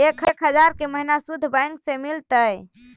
एक हजार के महिना शुद्ध बैंक से मिल तय?